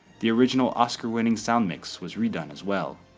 the original oscar-winning soundmix was redone as well.